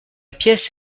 pièce